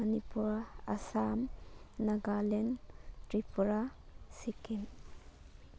Manipur Assam Nagaland Tripura Sikkim